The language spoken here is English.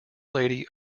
lady